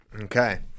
Okay